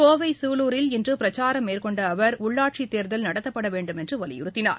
கோவை சூலூரில் இன்று பிரச்சாரம் மேற்கொண்ட அவர் உள்ளாட்சித் தேர்தல் நடத்தப்பட வேண்டுமென்று வலியுறுத்தினார்